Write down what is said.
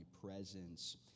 presence